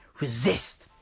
resist